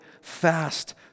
fast